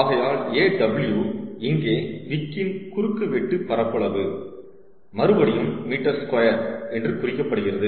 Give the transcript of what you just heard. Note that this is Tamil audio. ஆகையால் Aw இங்கே விக்கின் குறுக்குவெட்டு பரப்பளவு மறுபடியும் மீட்டர் ஸ்கொயர் என்று குறிக்கப்படுகிறது